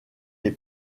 les